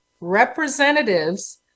representatives